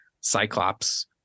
Cyclops